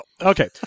Okay